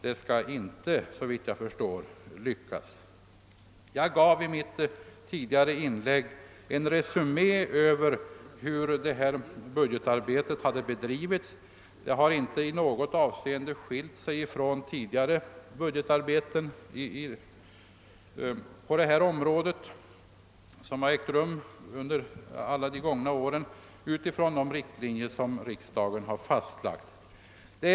Det skall inte lyckas. Jag gav i mitt förra inlägg en resu mé över hur budgetarbetet på detta område hade bedrivits. Det har inte i något avseende skilt sig från det budgetarbete som ägt rum under tidigare år utifrån de riktlinjer som riksdagen 1963 fastlagt.